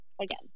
again